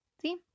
See